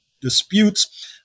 disputes